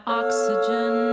oxygen